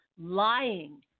lying